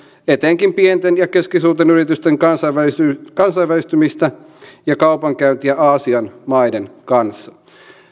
etenkin pienten ja keskisuurten yritysten kansainvälistymistä ja kaupankäyntiä aasian maiden kanssa